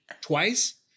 twice